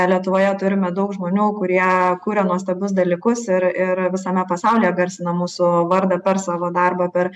lietuvoje turime daug žmonių kurie kuria nuostabius dalykus ir ir visame pasaulyje garsina mūsų vardą per savo darbą per